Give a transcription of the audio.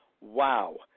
wow